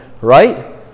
right